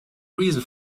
reason